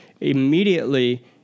immediately